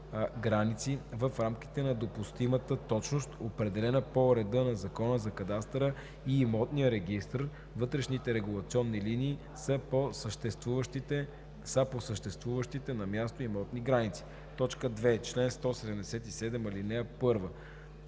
граници в рамките на допустимата точност, определена по реда на Закона за кадастъра и имотния регистър, вътрешните регулационни линии са по съществуващите на място имотни граници.“ 2. В чл. 177, ал. 1: